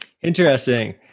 Interesting